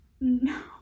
No